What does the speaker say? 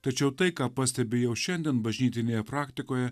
tačiau tai ką pastebi jau šiandien bažnytinėje praktikoje